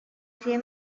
clear